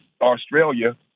Australia